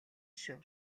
шүү